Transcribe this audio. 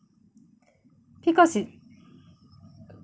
because it